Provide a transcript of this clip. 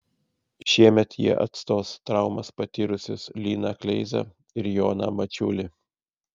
šiemet jie atstos traumas patyrusius liną kleizą ir joną mačiulį